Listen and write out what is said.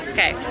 Okay